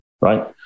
right